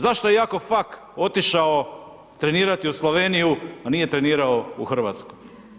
Zašto je Jakov Fak otišao trenirati u Sloveniju, a nije trenirao u Hrvatsku?